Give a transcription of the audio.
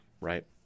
Right